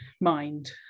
mind